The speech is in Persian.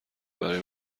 برای